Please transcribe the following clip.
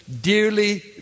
dearly